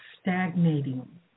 stagnating